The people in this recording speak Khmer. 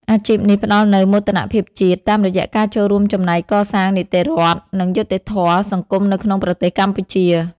អាជីពនេះផ្តល់នូវមោទនភាពជាតិ តាមរយៈការចូលរួមចំណែកកសាងនីតិរដ្ឋ និងយុត្តិធម៌សង្គមនៅក្នុងប្រទេសកម្ពុជា។